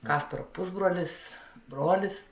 kasparo pusbrolis brolis